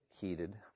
heated